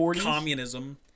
communism